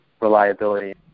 reliability